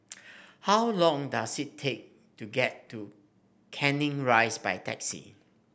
how long does it take to get to Canning Rise by taxi